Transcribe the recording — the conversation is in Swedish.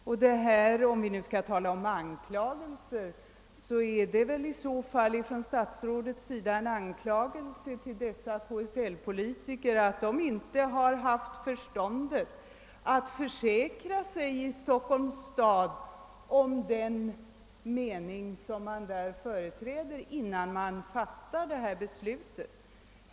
Och om vi nu skall tala om anklagelser, så är det väl från statsrådets sida fråga om en anklagelse mot dessa KSL-politiker att de inte har haft förståndet att i Stockholm återförsäkra sig, innan beslut fattats.